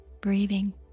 breathing